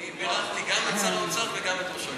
אני בירכתי גם את שר האוצר וגם את ראש הממשלה.